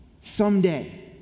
someday